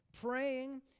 Praying